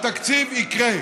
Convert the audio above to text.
התקציב יקרה.